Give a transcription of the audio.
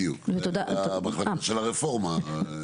בדיוק, במחלקה של הרפורמה.